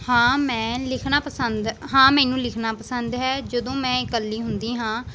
ਹਾਂ ਮੈਨੂੰ ਲਿਖਣਾ ਪਸੰਦ ਹਾਂ ਮੈਨੂੰ ਲਿਖਣਾ ਪਸੰਦ ਹੈ ਜਦੋਂ ਮੈਂ ਇਕੱਲੀ ਹੁੰਦੀ ਹਾਂ